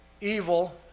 Evil